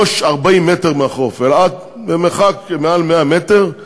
לא 40 מטר מהחוף אלא במרחק מעל 100 מטר,